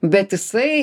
bet jisai